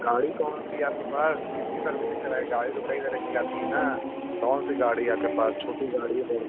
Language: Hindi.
गाड़ी कौनसी है आपके पास किसकी सर्विसिंग कराएँ गाड़ी तो कई तरह की आती हैं ना कौनसी गाड़ी है आपके पास छोटी गाड़ी है बड़ी